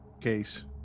case